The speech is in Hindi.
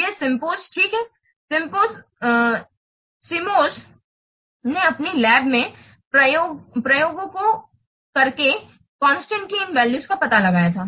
यह Simpson ठीक है सिमोंस ने अपनी लैब में प्रयोगों को करके कोन्सटांत्स के इन वैल्यूज का पता लगाया था